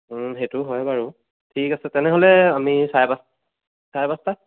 সেইটো হয় বাৰু ঠিক আছে তেনেহ'লে আমি চাৰে পাঁচটা চাৰে পাঁচটা